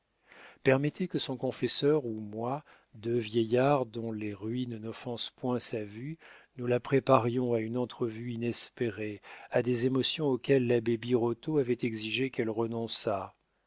permettez que son confesseur ou moi deux vieillards dont les ruines n'offensent point sa vue nous la préparions à une entrevue inespérée à des émotions auxquelles l'abbé birotteau avait exigé qu'elle renonçât